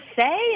say